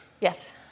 Yes